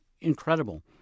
incredible